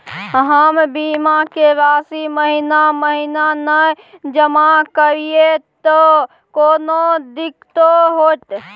हम बीमा के राशि महीना महीना नय जमा करिए त कोनो दिक्कतों होतय?